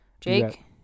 Jake